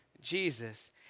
Jesus